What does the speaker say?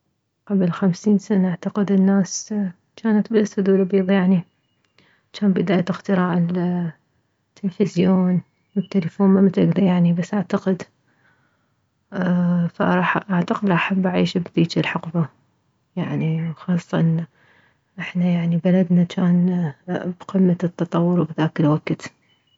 قبل خمسين سنة اعتقد الناس جانت بالاسود والابيض يعني جان بداية اختراع التلفزيون والتلفون ممتاكدة يعني بس اعتقد فراح اعتقد راح احب اعيش بذيج الحقبة يعني وخاصة احنا يعني بلدنا جان بقمة التطور بذاك الوكت